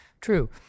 true